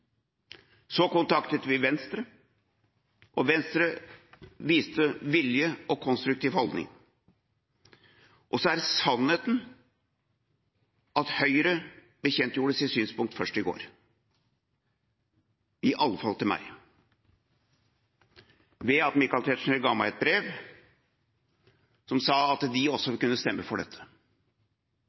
Så er sannheten den at Høyre bekjentgjorde sitt synspunkt – i alle fall til meg – først i går, ved at Michael Tetzschner ga meg et brev der det sto at de også vil kunne stemme for dette.